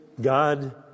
god